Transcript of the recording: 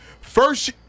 First